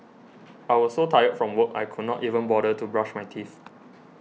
I was so tired from work I could not even bother to brush my teeth